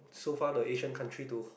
so far the Asian country to